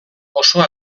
oso